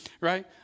Right